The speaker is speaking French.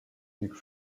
quelque